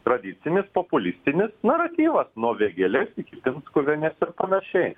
tradicinis populistinis naratyvas nuo vėgėles iki pinskuvienės ir panašiai